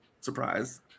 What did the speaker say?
Surprise